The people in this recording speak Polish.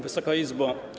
Wysoka Izbo!